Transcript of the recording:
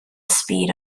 speed